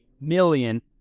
million